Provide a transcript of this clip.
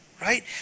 right